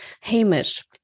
Hamish